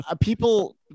people